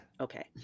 Okay